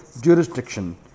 jurisdiction